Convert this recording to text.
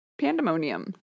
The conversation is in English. Pandemonium